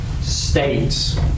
states